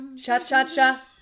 cha-cha-cha